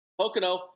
Pocono